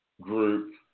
group